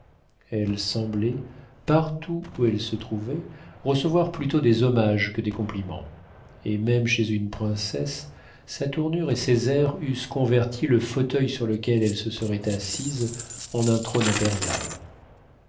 elle semblait partout où elle se trouvait recevoir plutôt des hommages que des compliments et même chez une princesse sa tournure et ses airs eussent converti le fauteuil sur lequel elle se serait assise en un trône impérial